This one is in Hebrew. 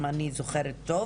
אם אני זוכרת טוב,